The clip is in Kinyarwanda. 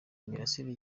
imirasire